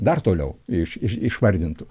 dar toliau iš išvardintų